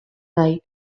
nahi